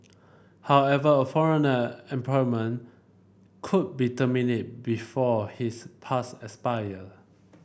however a foreigner employment could be terminated before his pass expire